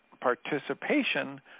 participation